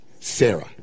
Sarah